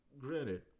granted